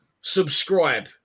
subscribe